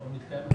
הוא מתקיים.